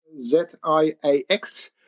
Z-I-A-X